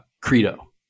Credo